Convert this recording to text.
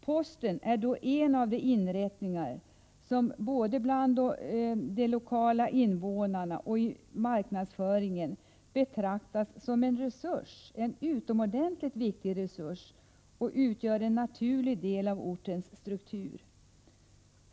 Posten är då en av de inrättningar som både bland de lokala invånarna och i marknadsfö ring betraktas som en resurs, en utomordentligt viktig resurs, vilken utgör en naturlig del av ortens struktur.